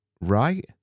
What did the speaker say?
Right